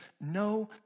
no